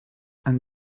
and